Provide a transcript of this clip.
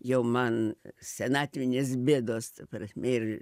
jau man senatvinės bėdos ta prasme ir